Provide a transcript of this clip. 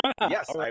Yes